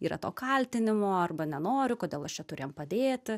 yra to kaltinimo arba nenoriu kodėl aš čia turiu jam padėti